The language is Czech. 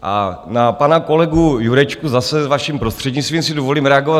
A na pana kolegu Jurečku, zase vaším prostřednictvím, si dovolím reagovat.